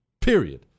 period